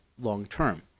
long-term